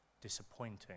disappointing